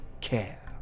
care